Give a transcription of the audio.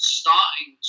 starting